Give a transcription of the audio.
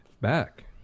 back